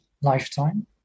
lifetime